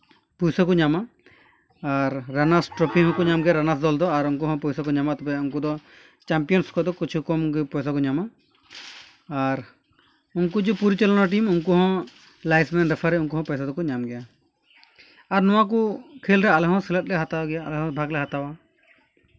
ᱯᱚᱭᱥᱟ ᱠᱚ ᱧᱟᱢᱟ ᱟᱨ ᱨᱟᱱᱟᱨᱥ ᱴᱨᱚᱯᱷᱤ ᱦᱚᱸᱠᱚ ᱧᱟᱢ ᱜᱮᱭᱟ ᱨᱟᱱᱟᱨᱥ ᱫᱚᱞ ᱫᱚ ᱟᱨ ᱩᱱᱠᱩ ᱦᱚᱸ ᱯᱚᱭᱥᱟ ᱠᱚ ᱧᱟᱢᱟ ᱛᱚᱵᱮ ᱩᱱᱠᱩ ᱫᱚ ᱪᱟᱢᱯᱤᱭᱟᱱᱥ ᱠᱚᱫᱚ ᱠᱩᱪᱷᱩ ᱠᱚᱢ ᱜᱮ ᱯᱚᱭᱥᱟ ᱠᱚ ᱧᱟᱢᱟ ᱟᱨ ᱩᱱᱠᱩ ᱡᱮ ᱯᱚᱨᱤᱪᱟᱞᱚᱱᱟ ᱴᱤᱢ ᱩᱱᱠᱩ ᱦᱚᱸ ᱞᱟᱭᱤᱱᱥ ᱢᱮᱱ ᱨᱮᱯᱷᱟᱨᱤ ᱩᱠᱩ ᱦᱚᱸ ᱯᱚᱭᱥᱟ ᱫᱚᱠᱚ ᱧᱟᱢ ᱜᱮᱭᱟ ᱟᱨ ᱱᱚᱣᱟ ᱠᱚ ᱠᱷᱮᱹᱞ ᱨᱮ ᱟᱞᱮ ᱦᱚᱸ ᱥᱮᱞᱮᱫ ᱞᱮ ᱦᱟᱛᱟᱣ ᱜᱮᱭᱟ ᱟᱞᱮ ᱦᱚᱸ ᱵᱷᱟᱜᱽ ᱞᱮ ᱦᱟᱛᱟᱣᱟ